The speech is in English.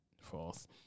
False